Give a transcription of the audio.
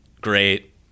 Great